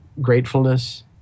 gratefulness